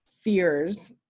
fears